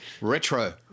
retro